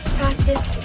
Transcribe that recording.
practice